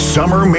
Summer